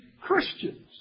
Christians